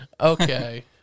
okay